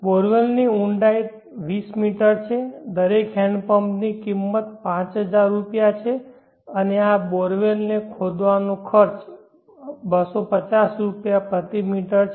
બોરવેલની ઊંડાઈ 20 મીટર છે દરેક હેન્ડપંપની કિંમત 5000 રૂપિયા છે અને દરેક બોરવેલ ખોદવાનો ખર્ચ 250 રૂપિયા પ્રતિ મીટર છે